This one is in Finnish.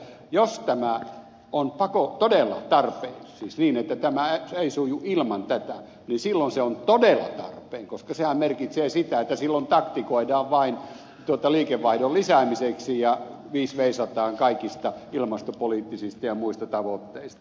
jos tämä on tarpeen siis niin että tämä ei suju ilman tätä niin silloin se on todella tarpeen koska sehän merkitsee sitä että silloin taktikoidaan vain liikevaihdon lisäämiseksi ja viis veisataan kaikista ilmastopoliittisista ja muista tavoitteista